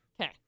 Okay